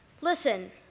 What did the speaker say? listen